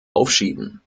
aufschieben